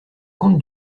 comte